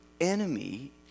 enemy